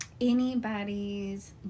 anybody's